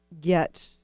get